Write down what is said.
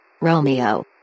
Romeo